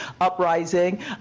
uprising